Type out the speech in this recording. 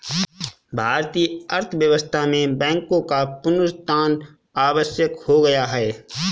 भारतीय अर्थव्यवस्था में बैंकों का पुनरुत्थान आवश्यक हो गया है